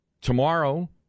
tomorrow